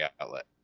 outlet